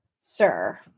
Sir